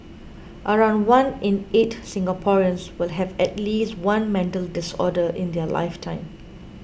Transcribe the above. around one in eight Singaporeans will have at least one mental disorder in their lifetime